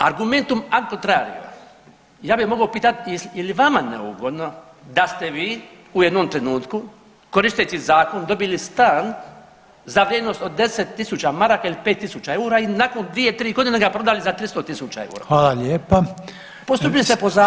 Argumentom ad contrario ja bih mogao pitati je li vama neugodno da ste vi u jednom trenutku koristeći zakon dobili stan za vrijednost od 10000 maraka ili 5000 eura i nakon 2, 3 godine ga prodali za 300000 eura.